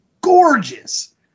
gorgeous